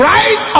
Right